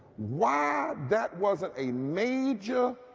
why that wasn't a major,